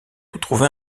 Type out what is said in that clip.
retrouvé